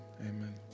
amen